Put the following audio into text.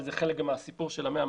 וזה גם חלק מהסיפור של 100,